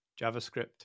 JavaScript